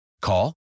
Call